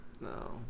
No